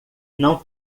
não